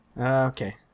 Okay